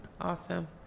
Awesome